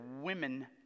women